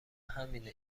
همینه